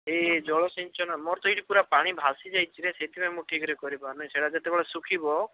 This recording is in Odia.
ସେଇ ଜଳ ସିଞ୍ଚନ ମୋର ତ ଏଇଠି ପୁରା ପାଣି ଭାସି ଯାଇଛିରେ ସେଇଥିପାଇଁ ମୁଁ ଠିକ୍ରେ କରିପାରୁନି ସେଇଟା ଯେତେବେଳେ ଶୁଖିବ